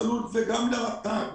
צלול וגם לרת"ג.